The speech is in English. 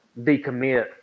decommit